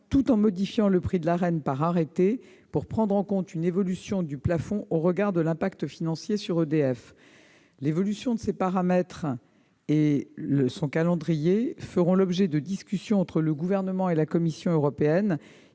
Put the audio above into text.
tout en modifiant le prix de l'Arenh par arrêté pour prendre en compte une évolution du plafond au regard de son impact financier sur EDF. L'évolution de ces paramètres et son calendrier feront l'objet de discussions entre le Gouvernement et la Commission européenne.